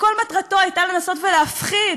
וכל מטרתו הייתה לנסות להפחיד